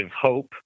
hope